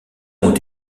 ont